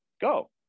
go